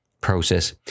process